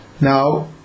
Now